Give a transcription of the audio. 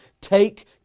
take